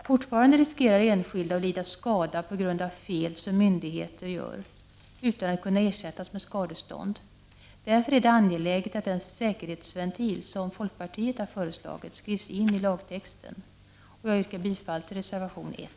Fortfarande riskerar enskilda att lida skada på grund av fel som myndigheter gör utan att kunna ersättas med skadestånd. Därför är det angeläget att den säkerhetsventil som folkpartiet har föreslagit skrivs in i lagtexten. Jag yrkar bifall till reservation 1.